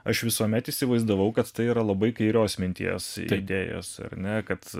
aš visuomet įsivaizdavau kad tai yra labai kairios minties idėjos ar ne kad